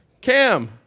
Cam